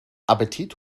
appetit